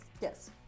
Yes